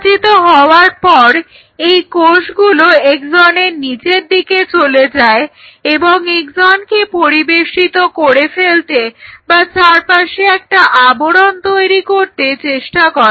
বিভাজিত হওয়ার পর এই কোষগুলো এক্সনের নিচের দিকে চলে যায় এবং এক্সনকে পরিবেষ্টিত করে ফেলতে বা চারপাশে একটা আবরণ তৈরি করতে চেষ্টা করে